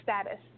status